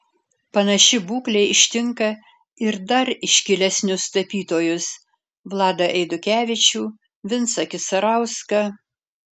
panaši būklė ištinka ir dar iškilesnius tapytojus vladą eidukevičių vincą kisarauską